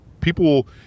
people